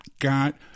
got